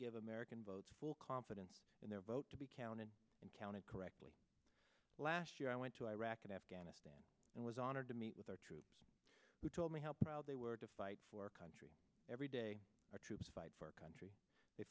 give american voters full confidence in their vote to be counted and counted correctly last year i went to iraq and afghanistan and was honored to meet with our troops who told me how proud they were to fight for our country every day our troops fight for our country they